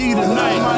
tonight